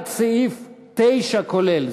עד סעיף 9 כולל.